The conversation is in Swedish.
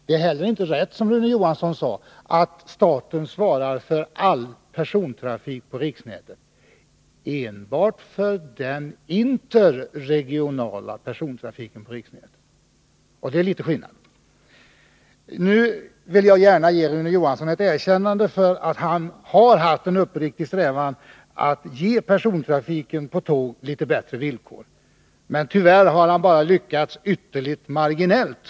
Det är inte heller rätt som Rune Johansson sade, att staten svarar för all persontrafik på riksnätet. Staten svarar enbart för den interregionala persontrafiken på riksnätet, och det är litet skillnad. Jag vill gärna ge Rune Johansson ett erkännande för att han har haft en uppriktig strävan att ge persontrafiken på tåg litet bättre villkor. Tyvärr har han bara lyckats ytterligt marginellt.